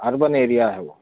urban area ہے وہ